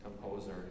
composer